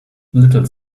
little